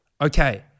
okay